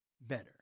better